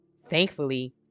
Thankfully